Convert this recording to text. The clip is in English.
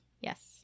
Yes